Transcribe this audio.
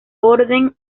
orden